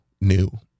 New